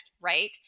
right